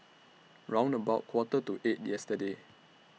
round about Quarter to eight yesterday